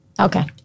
Okay